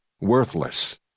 worthless